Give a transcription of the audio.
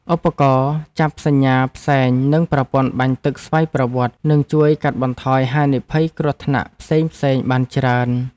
ឧបករណ៍ចាប់សញ្ញាផ្សែងនិងប្រព័ន្ធបាញ់ទឹកស្វ័យប្រវត្តិនឹងជួយកាត់បន្ថយហានិភ័យគ្រោះថ្នាក់ផ្សេងៗបានច្រើន។